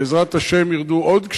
בעזרת השם ירדו עוד גשמים,